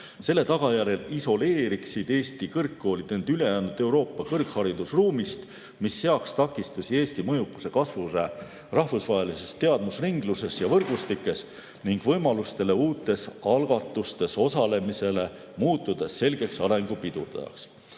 Selle tagajärjel isoleeriksid Eesti kõrgkoolid end ülejäänud Euroopa kõrgharidusruumist, mis seaks takistusi Eesti mõjukuse kasvule rahvusvahelises teadmusringluses ja võrgustikes ning võimalustele uutes algatustes osalemisele, muutudes selgeks arengu pidurdajaks.